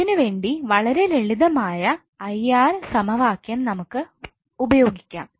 ഇതിനുവേണ്ടി വളരെ ലളിതമായ 𝐼𝑟 സമവാക്യം നമുക്ക് ഉപയോഗിക്കാം